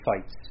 fights